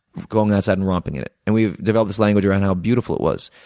going outside and romping in it. and we've developed this language around how beautiful it was.